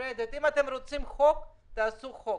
נפרדת אם אתם רוצים חוק, תעשו חוק,